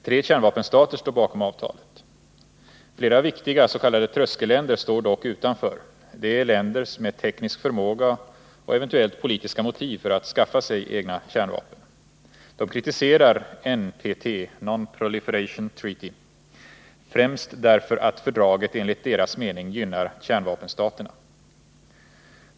Tre kärnvapenstater står bakom avtalet. Flera viktiga s.k. tröskelländer — dvs. länder med teknisk förmåga och eventuellt politiska motiv för att skaffa sig egna kärnvapen — står dock utanför. De kritiserar NPT främst därför att fördraget enligt deras mening gynnar kärnvapenstaterna.